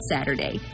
Saturday